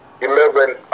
eleven